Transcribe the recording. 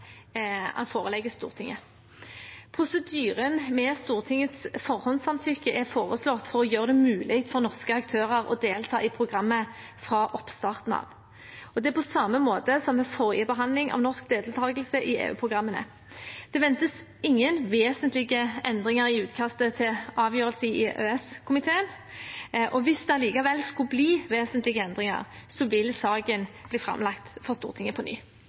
Stortinget. Prosedyren med Stortingets forhåndssamtykke er foreslått for å gjøre det mulig for norske aktører å delta i programmet fra oppstarten av. Det er på samme måte som ved forrige behandling av norsk deltakelse i EU-programmene. Det ventes ingen vesentlige endringer i utkastet til avgjørelse i EØS-komiteen, og hvis det allikevel skulle bli vesentlige endringer, vil saken bli framlagt for Stortinget på ny.